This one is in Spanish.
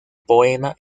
poema